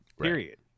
period